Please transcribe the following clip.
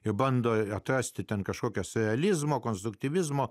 ir bando atrasti ten kažkokias realizmo konstruktyvizmo